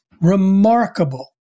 remarkable